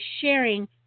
sharing